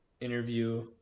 interview